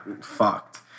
fucked